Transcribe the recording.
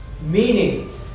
Meaning